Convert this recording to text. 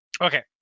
Okay